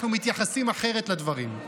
אנחנו מתייחסים אחרת לדברים.